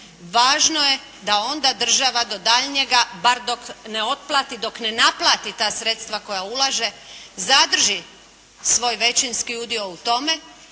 važno je da onda država do daljnjega bar dok ne otplati, dok ne naplati ta sredstva koja ulaže zadrži svoj većinski udio u tome